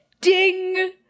ding